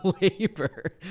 labor